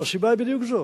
והסיבה היא בדיוק זו,